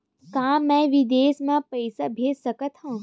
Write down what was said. का मैं विदेश म पईसा भेज सकत हव?